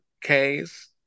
K's